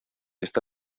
esta